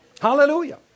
Hallelujah